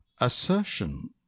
Assertion